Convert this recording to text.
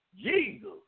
Jesus